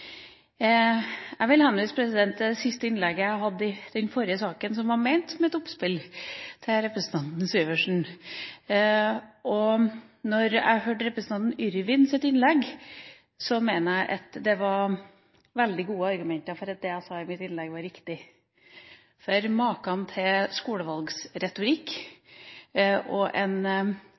Jeg vil henvise til det siste innlegget jeg hadde i den forrige saken, som var ment som et oppspill til representanten Syversen. Da jeg hørte representanten Yrvins innlegg, mener jeg at det var veldig gode argumenter for at det jeg sa i mitt innlegg var riktig – for maken til skolevalgsretorikk og